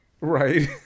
Right